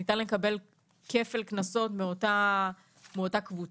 השאלה אם ניתן לקבל כפל קנסות באותה קבוצה